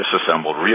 disassembled